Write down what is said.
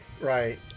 right